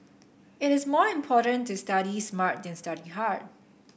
it is more important to study smart than study hard